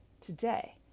today